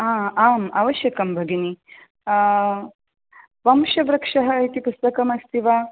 आम् आवश्यकं भगिनी वंशवृक्षः इति पुस्तकं अस्ति वा